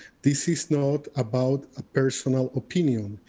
this is not about a personal opinion.